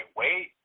wait